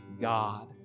God